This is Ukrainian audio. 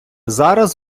зараз